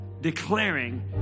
declaring